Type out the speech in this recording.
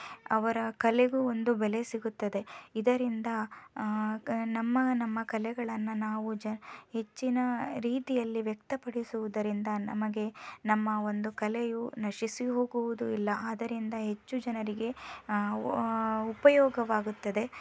ಅವರ ಕಲೆಗೂ ಒಂದು ಬೆಲೆ ಸಿಗುತ್ತದೆ ಇದರಿಂದ ಕ ನಮ್ಮ ನಮ್ಮ ಕಲೆಗಳನ್ನು ನಾವು ಹೆಚ್ಚಿನ ರೀತಿಯಲ್ಲಿ ವ್ಯಕ್ತಪಡಿಸುವುದರಿಂದ ನಮಗೆ ನಮ್ಮ ಒಂದು ಕಲೆಯು ನಶಿಸಿ ಹೋಗುವುದೂ ಇಲ್ಲ ಅದರಿಂದ ಹೆಚ್ಚು ಜನರಿಗೆ ಉಪಯೋಗವಾಗುತ್ತದೆ